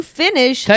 finish